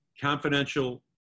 confidential